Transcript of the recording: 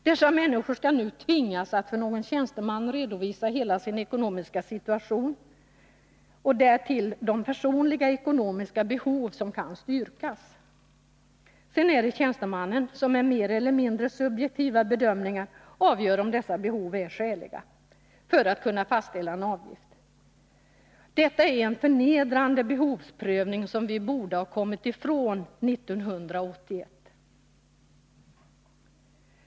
Dessa människor skall nu tvingas att för någon tjänsteman redovisa hela sin ekonomiska situation och därtill de personliga ekonomiska behov som kan styrkas. Sedan är det tjänstemannen som med mer eller mindre subjektiva bedömningar avgör om dessa behov är skäliga, för att kunna fastställa en avgift. Detta är en förnedrande behovsprövning som vi borde ha kommit ifrån 1981.